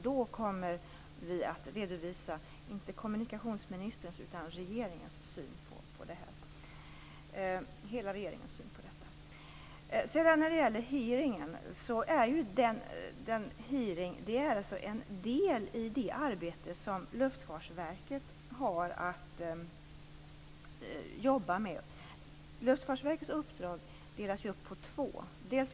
Då kommer vi att redovisa, inte kommunikationsministerns utan hela regeringens syn på det här. Hearingen är en del i det arbete som Luftfartsverket har att utföra. Luftfartsverkets uppdrag delas upp på två.